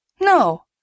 No